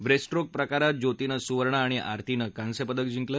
breaststroke प्रकारात ज्योतीनं सुवर्ण आणि आरतीनं कांस्य पदकं जिंकली